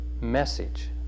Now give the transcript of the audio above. message